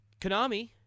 Konami